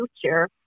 future